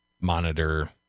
monitor